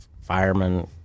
firemen